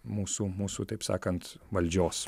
mūsų mūsų taip sakant valdžios